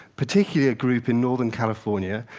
particularly a group in northern california,